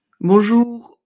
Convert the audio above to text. Bonjour